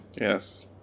Yes